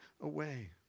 away